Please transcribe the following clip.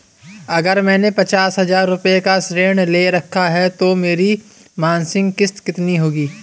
अगर मैंने पचास हज़ार रूपये का ऋण ले रखा है तो मेरी मासिक किश्त कितनी होगी?